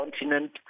continent